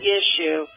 issue